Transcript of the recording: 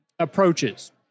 approaches